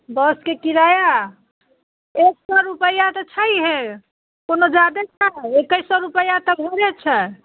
बसके किराया एक सए रुपैआ तऽ छैहे कोनो जादे किराया अइ एके सए रुपैआ तऽ भाड़े छै